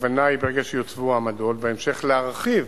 הכוונה היא שברגע שיוצבו עמדות בהמשך להרחיב